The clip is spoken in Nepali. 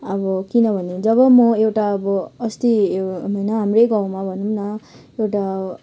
अब किनभने जब म एउटा अब अस्ति यो यहाँ हाम्रै गाउँमा भनौँ न एउटा